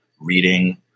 reading